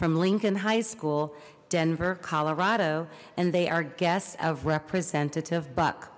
from lincoln high school denver colorado and they are guests of representative buck